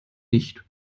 nicht